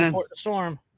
storm